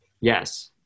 Yes